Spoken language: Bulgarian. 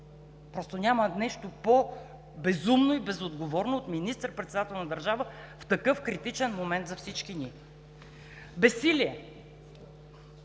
Просто няма нещо по-безумно и безотговорно от министър-председател на държава в такъв критичен момент за всички ни. Безсилие